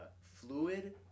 fluid